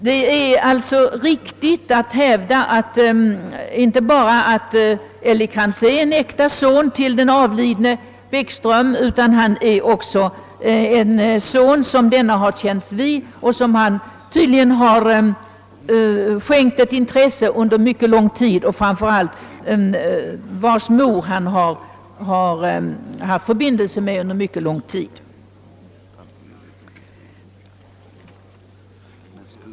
Det är alltså riktigt att hävda inte bara att Älgekrans är en äkta son till den avlidne Bäckström, utan att han också är en son som denne har känts vid och som han tydligen har skänkt sitt intresse under mycket lång tid, och framför allt: vars mor han har haft förbindelse med under mycket lång tid.